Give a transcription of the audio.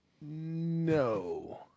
No